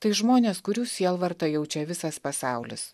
tai žmonės kurių sielvartą jaučia visas pasaulis